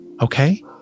okay